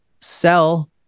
sell